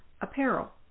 apparel